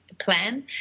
plan